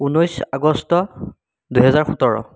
ঊনৈছ আগষ্ট দুহেজাৰ সোতৰ